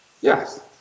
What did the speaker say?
Yes